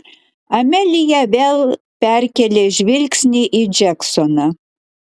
amelija vėl perkėlė žvilgsnį į džeksoną